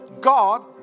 God